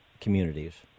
communities